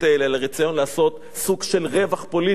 אלא רצון לעשות סוג של רווח פוליטי.